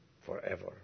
forever